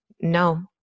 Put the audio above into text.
no